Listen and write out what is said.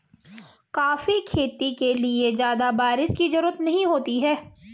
coffee खेती के लिए ज्यादा बाऱिश की जरूरत नहीं होती है